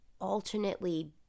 alternately